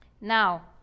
Now